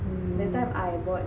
mm